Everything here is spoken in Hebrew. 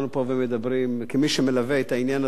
כמי שמלווה את העניין הזה הרבה מאוד שנים,